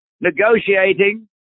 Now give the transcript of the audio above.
negotiating